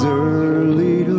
early